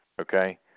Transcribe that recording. okay